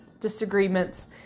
disagreements